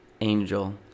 angel